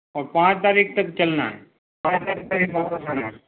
और पाँच तारीख तक चलना है तारीख तक वापस आना है